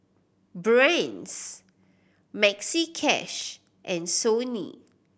Brand's Maxi Cash and Sony